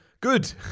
good